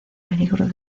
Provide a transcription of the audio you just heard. peligro